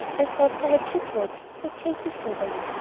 i thought perhaps it would, said katy, soberly.